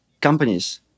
companies